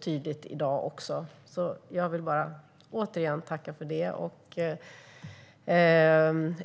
tydligt föregångsland. Jag vill återigen tacka för det.